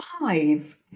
five